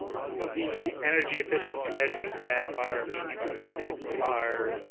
some of the energy efficiency measures that are being implemented are